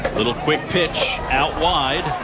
little quick pitch out wide.